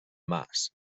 mas